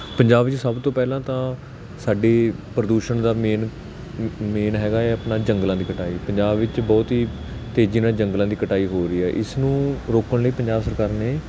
ਪੰਜਾਬ 'ਚ ਸਭ ਤੋਂ ਪਹਿਲਾਂ ਤਾਂ ਸਾਡੀ ਪ੍ਰਦੂਸ਼ਣ ਦਾ ਮੇਨ ਮੇਨ ਹੈਗਾ ਆਪਣਾ ਜੰਗਲਾਂ ਦੀ ਕਟਾਈ ਪੰਜਾਬ ਵਿੱਚ ਬਹੁਤ ਹੀ ਤੇਜ਼ੀ ਨਾਲ ਜੰਗਲਾਂ ਦੀ ਕਟਾਈ ਹੋ ਰਹੀ ਆ ਇਸ ਨੂੰ ਰੋਕਣ ਲਈ ਪੰਜਾਬ ਸਰਕਾਰ ਨੇ